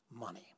money